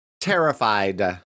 Terrified